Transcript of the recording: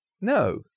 No